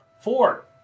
Four